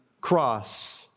cross